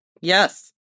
Yes